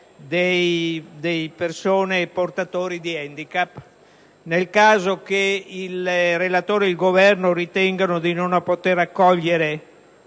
di persone portatrici di handicap. Nel caso in cui il relatore ed il Governo ritenessero di non poter accogliere